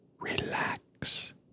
relax